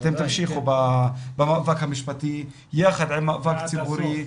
אתם תמשיכו במאבק המשפטי יחד עם מאבק ציבורי.